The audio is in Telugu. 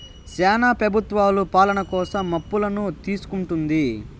శ్యానా ప్రభుత్వాలు పాలన కోసం అప్పులను తీసుకుంటుంది